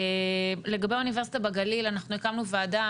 לגבי האוניברסיטה בגליל, אנחנו הקמנו ועדה.